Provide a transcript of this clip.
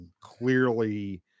clearly